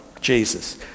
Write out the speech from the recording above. Jesus